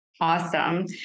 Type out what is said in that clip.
Awesome